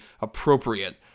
appropriate